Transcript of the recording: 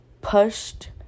pushed